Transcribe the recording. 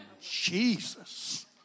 Jesus